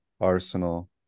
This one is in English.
Arsenal